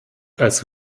also